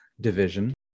division